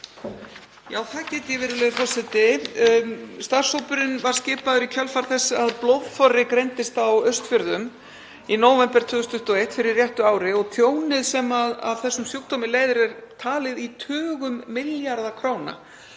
Já, það get ég. Starfshópurinn var skipaður í kjölfar þess að blóðþorri greindist á Austfjörðum í nóvember 2021 fyrir réttu ári og tjónið sem af þessum sjúkdómi leiðir er talið í tugum milljarða króna.